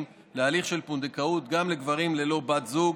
להליך של פונדקאות גם לגברים ללא בת זוג,